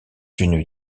une